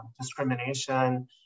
discrimination